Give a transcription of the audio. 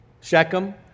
Shechem